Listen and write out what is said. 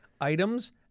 items